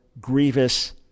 grievous